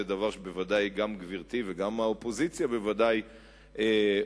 זה דבר שגם גברתי וגם האופוזיציה בוודאי רוצות.